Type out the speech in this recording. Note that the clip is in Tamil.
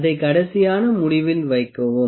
எனவே அதை கடைசியான முடிவில் வைக்கவும்